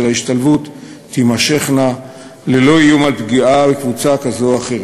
ההשתלבות תימשכנה ללא איום על פגיעה בקבוצה כזו או אחרת.